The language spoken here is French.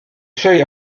seuil